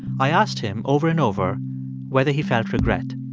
i asked him over and over whether he felt regret